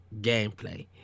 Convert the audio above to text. gameplay